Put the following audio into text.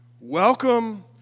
welcome